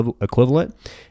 equivalent